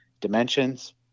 dimensions